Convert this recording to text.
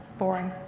boring.